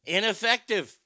Ineffective